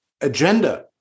agenda